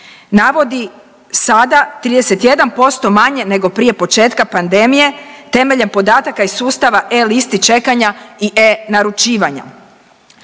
navodi sada 31% manje nego prije početka pandemije temeljem podataka iz sustava e-listi čekanja i e-naručivanja.